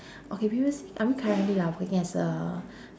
okay previously I mean currently lah working as a